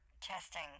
testing